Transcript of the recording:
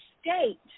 state